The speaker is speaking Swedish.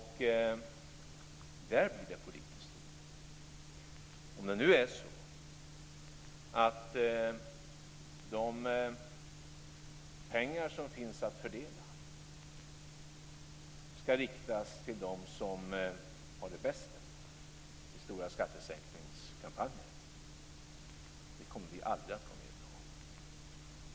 Det blir politisk strid om det nu är så att de pengar som finns att fördela skall riktas till dem som har det bäst ställt genom stora skattesänkningskampanjer. Det kommer vi aldrig att gå med på.